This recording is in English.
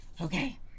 okay